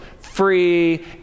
free